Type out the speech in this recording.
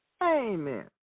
Amen